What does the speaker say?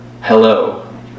hello